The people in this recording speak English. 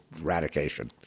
eradication